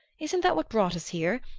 isn't that what brought us here?